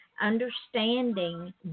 understanding